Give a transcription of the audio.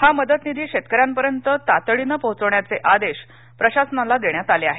हा मदतनिधी शेतकऱ्यांपर्यंत तातडीनं पोहोचवण्याचे आदेश प्रशासनाला देण्यात आले आहेत